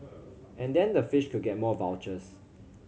and then the fish could get more vouchers